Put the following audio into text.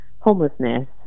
homelessness